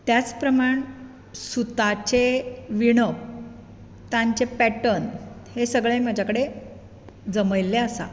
त्याच प्रमाण सुताचे विणप तांचे पेटर्न हें सगळे म्हज्या कडेन जमयल्लें आसा